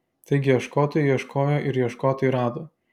taigi ieškotojai ieškojo ir ieškotojai rado